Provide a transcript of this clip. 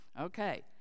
Okay